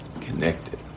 Connected